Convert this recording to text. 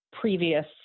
previous